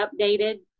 updated